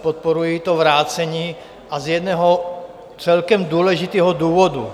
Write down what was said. Podporuji to vrácení a z jednoho celkem důležitého důvodu.